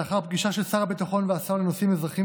לאחר פגישה של שר הביטחון והשר לנושאים אזרחיים